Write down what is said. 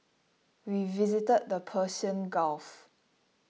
we visited the Persian Gulf